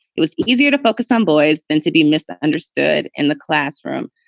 it was easier to focus on boys than to be misunderstood in the classroom.